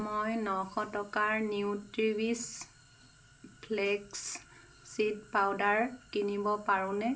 মই নশ টকাৰ নিউট্ৰিৱিছ ফ্লেক্স চিড পাউডাৰ কিনিব পাৰোঁনে